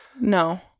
no